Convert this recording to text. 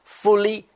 fully